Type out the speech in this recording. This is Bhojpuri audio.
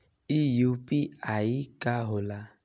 ई यू.पी.आई का होला?